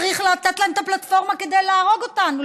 צריך לתת להם את הפלטפורמה כדי להרוג אותנו,